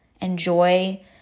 Enjoy